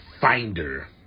finder